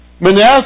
Manasseh